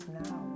now